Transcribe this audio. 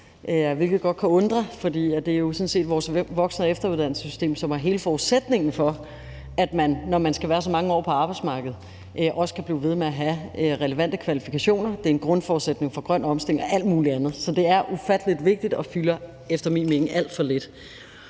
hvilket godt kan undre, fordi det jo sådan set er vores voksen- og efteruddannelsessystem, som er hele forudsætningen for, at man, når man skal være så mange år på arbejdsmarkedet, også kan blive ved med at have relevante kvalifikationer. Og det er en grundforudsætning for grøn omstilling og alt muligt andet. Så det er ufattelig vigtigt og fylder efter min mening alt for lidt.